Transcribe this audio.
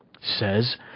says